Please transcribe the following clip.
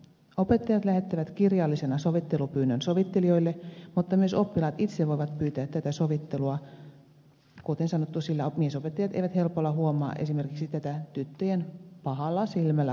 opettajat lähettävät kirjallisena sovittelupyynnön sovittelijoille mutta myös oppilaat itse voivat pyytää tätä sovittelua sillä kuten sanottu miesopettajat eivät helpolla huomaa esimerkiksi tätä tyttöjen pahalla silmällä katsomista